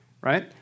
right